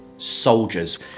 soldiers